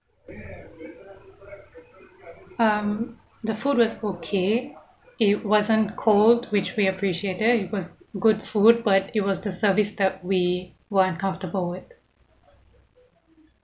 um the food was okay it wasn't cold which we appreciated it was good food but it was the service that we were uncomfortable with